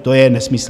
To je nesmysl.